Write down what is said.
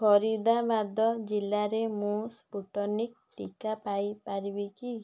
ଫରିଦାବାଦ ଜିଲ୍ଲାରେ ମୁଁ ସ୍ପୁଟନିକ୍ ଟୀକା ପାଇପାରିବି କି